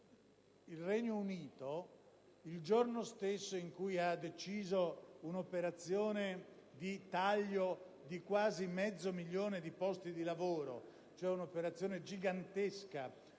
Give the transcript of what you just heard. il Regno Unito il giorno stesso in cui ha deciso un'operazione di taglio di quasi mezzo milione di posti di lavoro, cioè un'operazione gigantesca